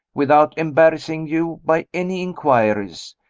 without embarrassing you by any inquiries.